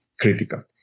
critical